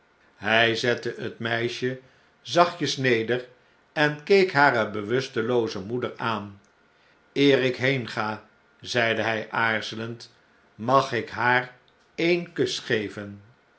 hij zette het meisje zachtjes neder en keek hare bewustelooze moeder aan eer ik heenga zeide lrjj aarzelend mag ik haar een kus geven